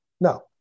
No